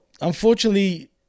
unfortunately